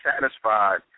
satisfied